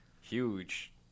huge